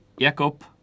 Jakob